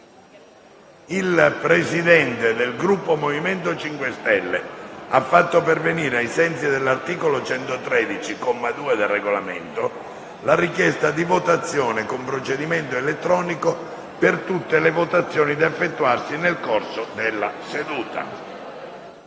il Presidente del Gruppo MoVimento 5 Stelle ha fatto pervenire, ai sensi dell'articolo 113, comma 2, del Regolamento la richiesta di votazione con procedimento elettronico per tutte le votazioni da effettuarsi nel corso della seduta.